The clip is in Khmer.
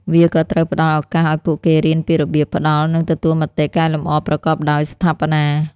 វាក៏ត្រូវផ្តល់ឱកាសឱ្យពួកគេរៀនពីរបៀបផ្តល់និងទទួលមតិកែលម្អប្រកបដោយស្ថាបនា។